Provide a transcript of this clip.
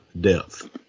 depth